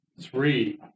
three